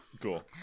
Cool